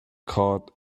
caught